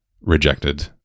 rejected